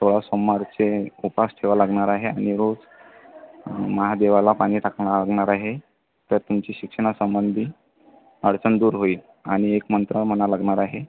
सोळा सोमवारचे उपास ठेवावे लागणा सोळा सोमवारचे उपास ठेवावे लागणार आहे आणि रोज महादेवाला पानी टाकाला लागणार आहे तर तुमची शिक्षणासंबंधी अडचण दूर होईल आणि एक मंत्र म्हणा लागणार आहे